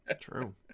true